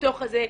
לתוך זה.